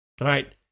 right